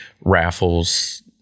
raffles